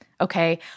Okay